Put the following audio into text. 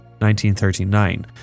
1939